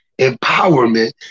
empowerment